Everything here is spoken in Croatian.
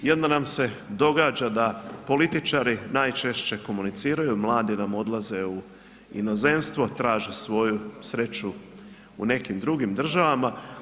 I onda nam se događa da političari najčešće komuniciraju, mladi nam odlaze u inozemstvo, traže svoju sreću u nekim drugim državama.